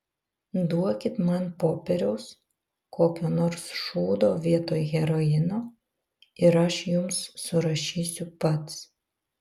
duokit man popieriaus kokio nors šūdo vietoj heroino ir aš jums surašysiu pats